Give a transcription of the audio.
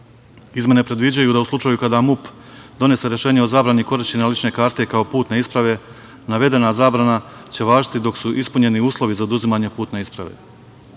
predviđaju da u slučaju kada MUP donese rešenje o zabrani korišćenja lične karte kao putne isprave navedena zabrana će važiti dok su ispunjeni uslovi za oduzimanje putne isprave.